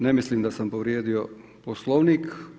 Ne mislim da sam povrijedio Poslovnik.